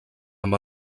amb